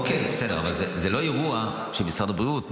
אוקיי, בסדר, אבל זה לא אירוע של משרד הבריאות.